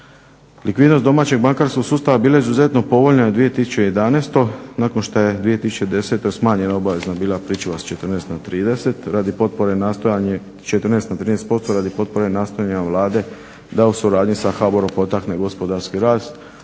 Likvidnost domaćeg bankarskog sustava bilo je izuzetno povoljno u 2011. nakon što je 2010. smanjena obavezna bila pričuva s 14 na 13% radi potpore nastojanja Vlade da u suradnji sa HBOR-om potakne gospodarski rast,